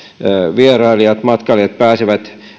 vierailijat matkailijat pääsevät